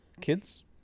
kids